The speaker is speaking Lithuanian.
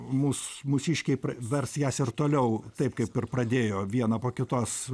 mūs mūsiškiai pr vers jas ir toliau taip kaip ir pradėjo vieną po kitos